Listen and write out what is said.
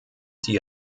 die